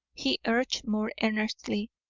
he urged more earnestly,